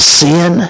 sin